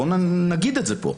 בואו נגיד את זה כאן.